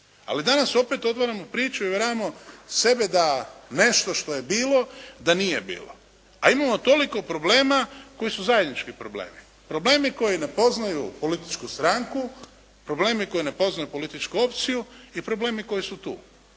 Ali danas opet otvaramo priču i uvjeravamo sebe da nešto što je bilo da nije bilo, a imamo toliko problema koji su zajednički problemi. Problemi koji ne poznaju političku stranku, problemi koji ne poznaju političku opciju i problemi koji su tu.